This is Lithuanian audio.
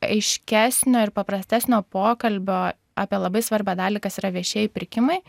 aiškesnio ir paprastesnio pokalbio apie labai svarbią dalį kas yra viešieji pirkimai